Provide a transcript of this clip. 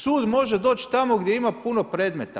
Sud može doći tamo gdje ima puno predmeta.